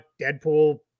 Deadpool